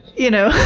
you know?